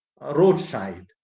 roadside